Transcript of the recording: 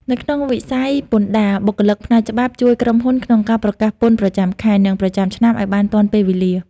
នៅក្នុងវិស័យពន្ធដារ បុគ្គលិកផ្នែកច្បាប់ជួយក្រុមហ៊ុនក្នុងការប្រកាសពន្ធប្រចាំខែ និងប្រចាំឆ្នាំឱ្យបានទាន់ពេលវេលា។